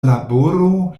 laboro